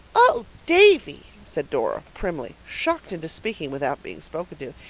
oh, davy, said dora primly, shocked into speaking without being spoken to,